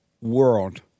world